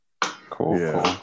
cool